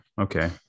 okay